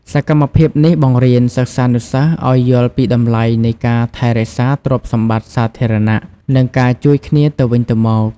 សកម្មភាពនេះបង្រៀនសិស្សានុសិស្សឱ្យយល់ពីតម្លៃនៃការថែរក្សាទ្រព្យសម្បត្តិសាធារណៈ និងការជួយគ្នាទៅវិញទៅមក។